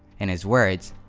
in his words,